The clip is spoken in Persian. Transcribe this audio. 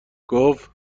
گفت